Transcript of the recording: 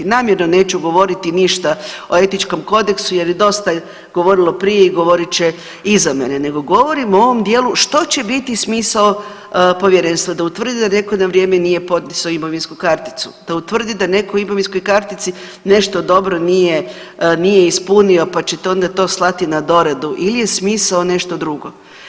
Namjerno neću govoriti ništa o etičkom kodeksu jer je dosta govorilo prije i govorit će iza mene, nego govorimo o ovom dijelu što će biti smisao povjerenstva, da utvrdi da neko na vrijeme nije podnesao imovinsku karticu, da utvrdi da neko imovinskoj kartici nešto dobro nije ispunio pa će to onda slati na doradu ili je smisao nešto drugo.